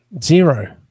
Zero